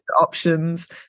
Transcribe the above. options